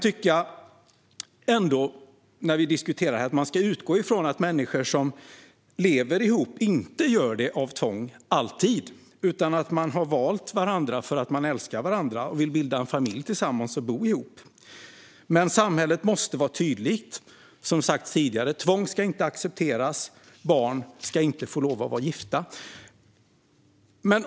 Man ska utgå ifrån att människor som lever ihop inte alltid gör det av tvång utan att de har valt varandra för att de älskar varandra, vill bilda en familj tillsammans och bo ihop. Men samhället måste vara tydligt, som sagts tidigare. Tvång ska inte accepteras. Barn ska inte få lov att vara gifta.